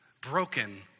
broken